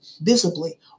visibly